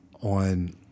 on